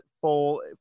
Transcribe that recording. full